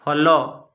follow